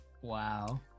Wow